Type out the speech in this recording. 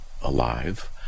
alive